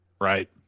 Right